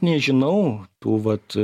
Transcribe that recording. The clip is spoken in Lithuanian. nežinau tų vat